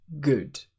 good